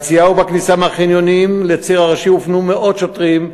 לכניסה וליציאה מהחניונים לציר הראשי הופנו מאות שוטרים,